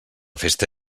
festa